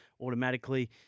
automatically